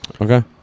okay